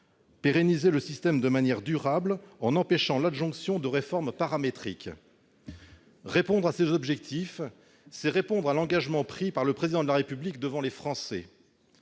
pérenniser le système de manière durable en empêchant l'adjonction de réformes paramétriques. Répondre à ces objectifs, c'est répondre à l'engagement pris par le Président de la République devant les Français.